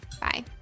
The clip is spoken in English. Bye